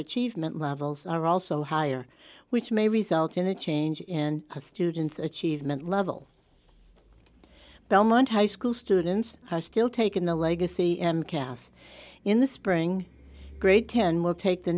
achievement levels are also higher which may result in a change in a student's achievement level belmont high school students are still taken the legacy and cast in the spring grade ten will take the